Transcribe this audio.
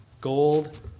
gold